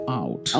out